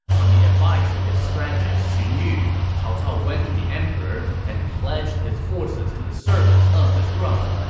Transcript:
on the advice of his strategist xun yu, cao cao went to the emperor and pledged his forces to the service of the throne.